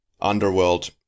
underworld